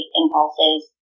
impulses